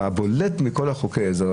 והבולט מכל חוקי העזר,